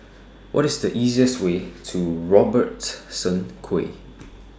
What IS The easiest Way to Robertson Quay